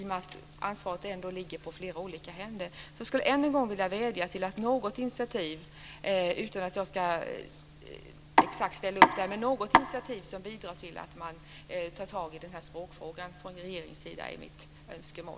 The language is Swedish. Det är uppdelat på flera olika händer. Jag skulle än en gång vilja vädja om att man från regeringen tar något initiativ, även om jag här inte själv kommer med något sådant, där man tar tag i den här språkfrågan. Det är mitt önskemål.